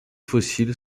fossiles